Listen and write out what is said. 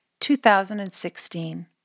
2016